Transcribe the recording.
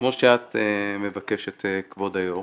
כמו שאת מבקשת כבוד היו"ר